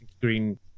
green